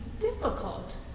difficult